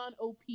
OP